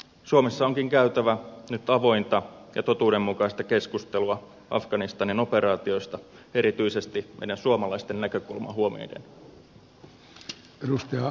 suomessa onkin käytävä nyt avointa ja totuudenmukaista keskustelua afganistanin operaatioista erityisesti meidän suomalaisten näkökulma huomioiden